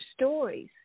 stories